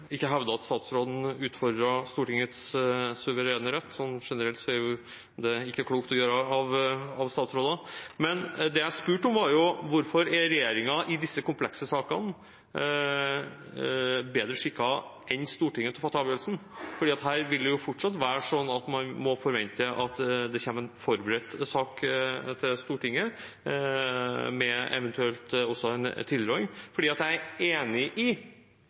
ikke hevdet at statsråden utfordrer Stortingets suverene rett – sånn generelt er jo ikke det klokt av statsråder å gjøre. Men det jeg spurte om, var: Hvorfor er regjeringen i disse komplekse sakene bedre skikket enn Stortinget til å fatte avgjørelsen? Her vil det fortsatt være sånn at man må forvente at det kommer en forberedt sak til Stortinget med eventuelt en tilråding, for jeg er enig i